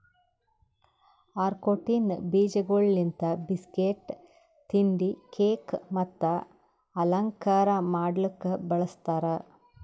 ಆಕ್ರೋಟಿನ ಬೀಜಗೊಳ್ ಲಿಂತ್ ಬಿಸ್ಕಟ್, ತಿಂಡಿ, ಕೇಕ್ ಮತ್ತ ಅಲಂಕಾರ ಮಾಡ್ಲುಕ್ ಬಳ್ಸತಾರ್